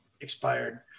expired